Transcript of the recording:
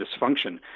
dysfunction